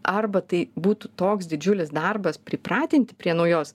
arba tai būtų toks didžiulis darbas pripratinti prie naujos